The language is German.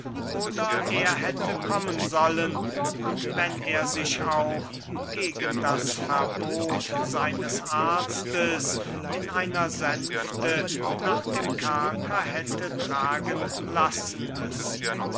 oder er hätte kommen sollen und wenn er sich auch gegen das verbot seines arztes in einer sänfte nach dem kerker hätte tragen lassen müssen